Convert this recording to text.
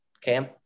Cam